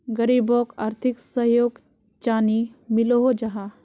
गरीबोक आर्थिक सहयोग चानी मिलोहो जाहा?